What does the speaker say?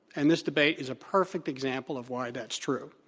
and this debate is a perfect example of why that's true.